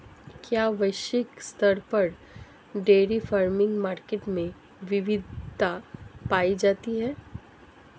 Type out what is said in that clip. क्या वैश्विक स्तर पर डेयरी फार्मिंग मार्केट में विविधता पाई जाती है?